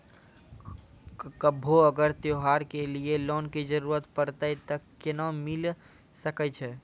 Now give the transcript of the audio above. कभो अगर त्योहार के लिए लोन के जरूरत परतै तऽ केना मिल सकै छै?